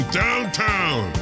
downtown